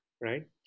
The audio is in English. right